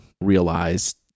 realized